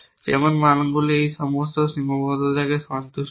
যেমন মানগুলি এই সমস্ত সীমাবদ্ধতাকে সন্তুষ্ট করে